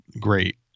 great